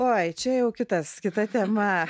oi čia jau kitas kita tema